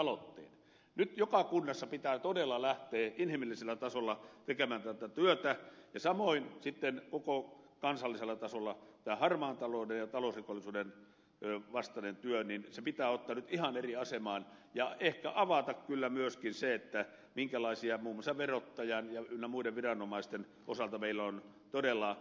nyt joka kunnassa pitää todella lähteä inhimillisellä tasolla tekemään tätä työtä ja samoin sitten koko kansallisella tasolla tämän harmaan talouden ja talousrikollisuuden vastainen työ pitää ottaa nyt ihan eri asemaan ja ehkä avata kyllä myöskin se minkälaisia ilmeisesti tarkoituksenhakuisia esteitä muun muassa verottajan ynnä muiden viranomaisten osalta meillä todella on